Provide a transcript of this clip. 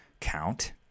count